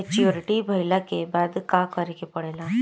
Maturity भईला के बाद का करे के पड़ेला?